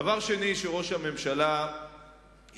דבר שני שראש הממשלה הדגיש,